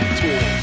tour